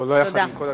לא יחד עם כל התלונות,